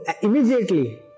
immediately